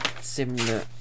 Similar